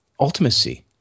ultimacy